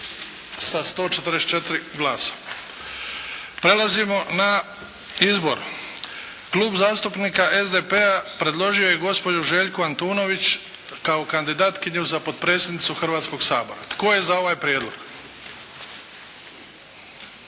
sa 144 glasa. Prelazimo na izbor. Klub zastupnika SDP-a predložio je gospođu Željku Antunović kao kandidatkinju za potpredsjednicu Hrvatskoga sabora. Tko je za ovaj prijedlog?